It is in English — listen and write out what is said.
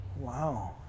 Wow